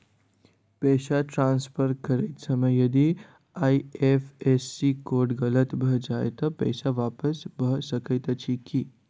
पैसा ट्रान्सफर करैत समय यदि आई.एफ.एस.सी कोड गलत भऽ जाय तऽ पैसा वापस भऽ सकैत अछि की?